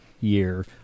year